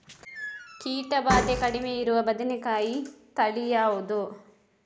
ಕೀಟ ಭಾದೆ ಕಡಿಮೆ ಇರುವ ಬದನೆಕಾಯಿ ತಳಿ ಯಾವುದು?